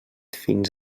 fins